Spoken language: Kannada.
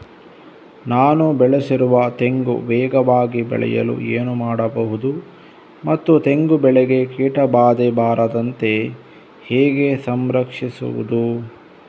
ನಾನು ಬೆಳೆಸಿರುವ ತೆಂಗು ವೇಗವಾಗಿ ಬೆಳೆಯಲು ಏನು ಮಾಡಬಹುದು ಮತ್ತು ತೆಂಗು ಬೆಳೆಗೆ ಕೀಟಬಾಧೆ ಬಾರದಂತೆ ಹೇಗೆ ಸಂರಕ್ಷಿಸುವುದು?